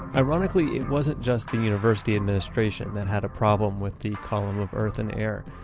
ironically it wasn't just the university administration that had a problem with the column of earth and air.